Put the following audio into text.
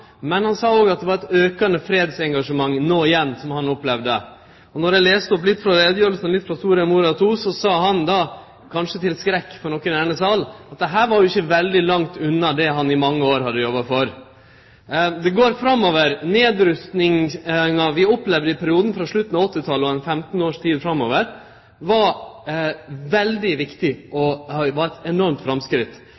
Men han sa òg at som han opplevde det, var det eit aukande fredsengasjement no igjen. Og då eg las opp frå utgreiinga, og litt frå Soria Moria II, sa han, kanskje til skrekk for nokon i denne salen, at dette var jo ikkje veldig langt unna det han i mange år hadde jobba for. Det går framover. Nedrustinga vi opplevde i perioden frå slutten av 1980-talet og ei 15 års tid framover, var veldig viktig og